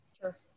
Sure